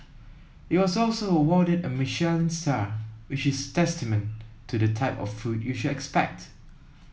it was also awarded a Michelin star which is testament to the type of food you should expect